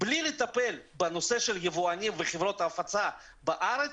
בלי לטפל בנושא של היבואנים וחברות ההפצה בארץ,